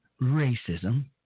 racism